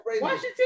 Washington